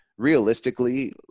realistically